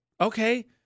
okay